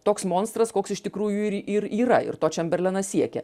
toks monstras koks iš tikrųjų ir ir yra ir to čemberlenas siekė